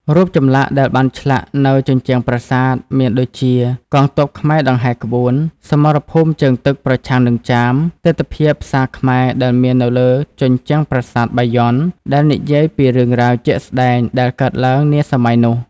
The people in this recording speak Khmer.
រូបចម្លាក់ដែលបានឆ្លាក់នៅជញ្ជ្រាំប្រាសាទមានដូចមាន កងទ័ពខ្មែរដង្ហែក្បួន សមរភូមិជើងទឹកប្រឆាំងនឹងចាម ទិដ្ឋភាពផ្សារខ្មែរដែលមាននៅលើជញ្ជ្រាំងប្រាសាទបាយយ័នដែលនិយាយពីរឿងរ៉ាវជាក់ស្តែងដែលកើតឡើងនាសម័យនោះ។